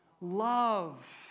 love